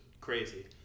crazy